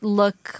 look